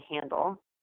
handle